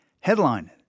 Headline